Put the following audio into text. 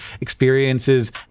experiences